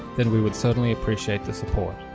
then we would certainly appreciate the support.